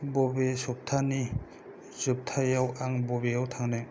बबे सफ्थानि जोबथायाव आं बबेयाव थांनो